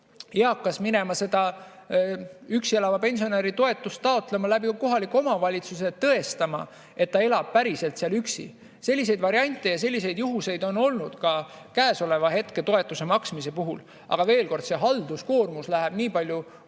see eakas minema üksi elava pensionäri toetust taotlema kohaliku omavalitsuse kaudu, tõestama, et ta elab päriselt seal üksi. Selliseid variante ja selliseid juhtumeid on praegu olnud selle toetuse maksmise puhul. Aga veel kord, see halduskoormus läheb nii palju kulukaks